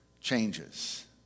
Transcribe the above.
changes